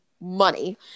money